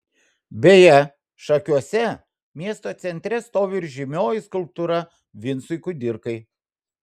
beje šakiuose miesto centre stovi ir žymioji skulptūra vincui kudirkai